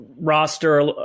roster